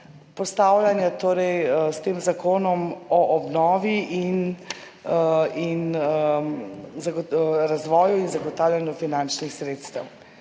postavljanja zakona o obnovi, in razvoju in zagotavljanju finančnih sredstev.